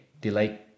delay